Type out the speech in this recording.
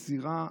יש זירה,